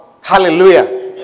Hallelujah